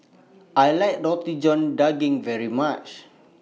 I like Roti John Daging very much